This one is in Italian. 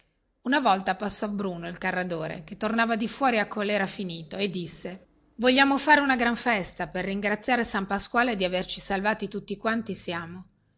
una volta passò bruno il carradore che tornava di fuori a colera finito e disse vogliamo fare una gran festa per ringraziare san pasquale di averci salvati